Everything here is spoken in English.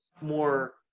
more